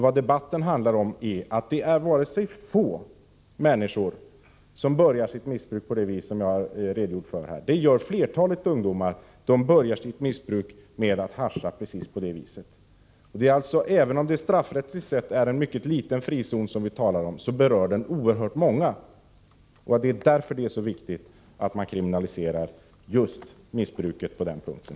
Vad debatten handlar om är att det inte är få människor som börjar sitt missbruk på det sätt som jag har redogjort för. Det gör flertalet ungdomar. De börjar sitt missbruk med att hascha precis på det sättet. Även om det straffrättsligt sett är en mycket liten frizon vi talar om, så berör den oerhört många. Det är därför det är så viktigt att man kriminaliserar missbruket på den punkten.